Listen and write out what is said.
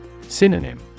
Synonym